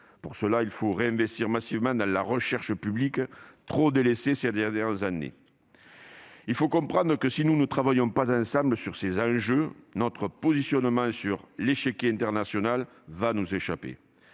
Pour cela, il faut aussi réinvestir massivement dans la recherche publique, trop délaissée au cours des dernières années. Si nous ne travaillons pas ensemble sur ces enjeux, notre positionnement sur l'échiquier international va nous échapper.